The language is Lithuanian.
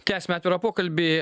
tęsime atvirą pokalbį